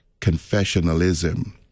confessionalism